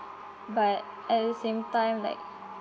but at the same time like